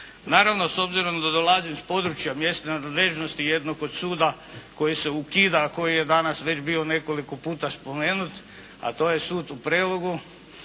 Naravno, s obzirom da dolazim s područja mjesne nadležnosti jednog od suda koji se ukida a koji je danas već bio nekoliko puta spomenut a to je sud u Prelogu